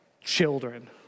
children